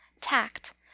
tact